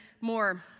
more